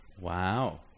wow